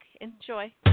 enjoy